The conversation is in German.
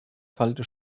kalte